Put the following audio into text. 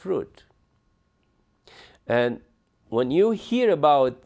fruit and when you hear about